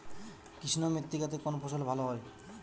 কৃষ্ণ মৃত্তিকা তে কোন ফসল ভালো হয়?